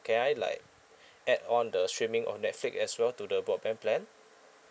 can I like add on the streaming on netflix as well to the broadband plan